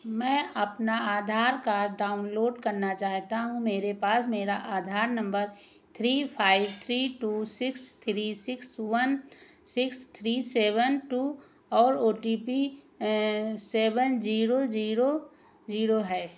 मैं अपना Aadhaar card download करना चाहता हूँ मेरे पास मेरा Aadhaar number three five three two six three six one six three seven two और O T P seven zero zero zero है